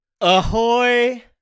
Ahoy